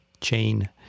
chain